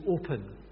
open